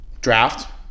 Draft